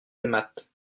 aimâtes